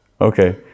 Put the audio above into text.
okay